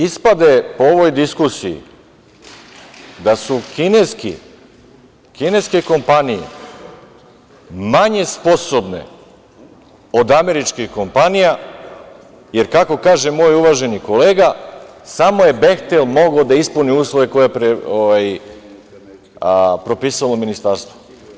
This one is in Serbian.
Sad, ispade u ovoj diskusiji da su kineske kompanije manje sposobne od američkih kompanija jer, kako kaže moj uvaženi kolega, samo je „Behtel“ mogao da ispuni uslove koje je propisalo ministarstvo.